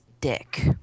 dick